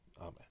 Amen